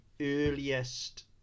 earliest